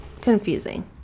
confusing